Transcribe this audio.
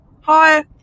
Hi